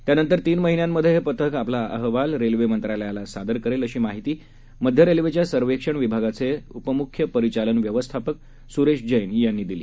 त्यानंतर तीन महिन्यांमधे हे पथक आपला अहवाल रेल्वे मंत्रालयाला सादर करेल अशी माहिती मध्य रेल्वेच्या सर्वेक्षण विभागाचे उपम्ख्य परिचालन व्यवस्थापक स्रेश जैन यांनी दिली